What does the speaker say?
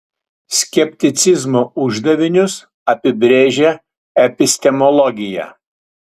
skepticizmo uždavinius apibrėžia epistemologija